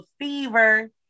fever